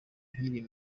nkiri